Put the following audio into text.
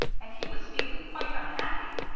and he was feeling quite unhappy.